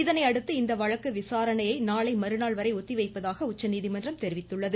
இதனையடுத்து இந்த வழக்கு விசாரணையை நாளைமறுநாள்வரை ஒத்திவைப்பதாக உச்சநீதிமன்றம் தெரிவித்துள்ளது